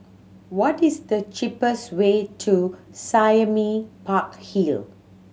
what is the cheapest way to Sime Park Hill